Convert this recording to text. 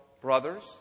brothers